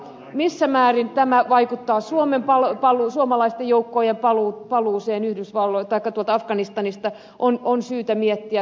missä määrin tämä vaikuttaa suomalaisten joukkojen paluuseen afganistanista sitä on syytä miettiä